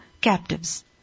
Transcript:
captives